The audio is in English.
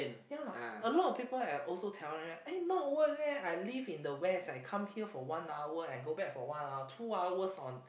ya a lot of people right I also telling them eh not worth leh I live in the west I come here for one hour and go back for one hour two hours on